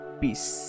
peace